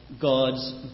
God's